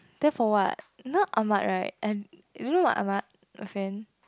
then for what you know Ahmad right and you know like Ahmad my friend